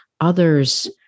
others